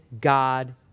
God